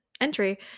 entry